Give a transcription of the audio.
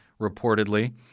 reportedly